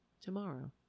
tomorrow